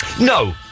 No